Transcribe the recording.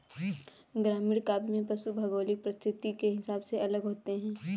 ग्रामीण काव्य में पशु भौगोलिक परिस्थिति के हिसाब से अलग होते हैं